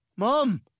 Mom